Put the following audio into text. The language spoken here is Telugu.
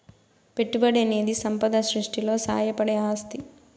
పెట్టుబడనేది సంపద సృష్టిలో సాయపడే ఆస్తి